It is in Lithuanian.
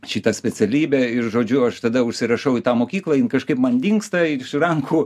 šitą specialybę ir žodžiu aš tada užsirašau į tą mokyklą jin kažkaip man dingsta iš rankų